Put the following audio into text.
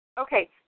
Okay